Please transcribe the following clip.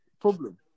problem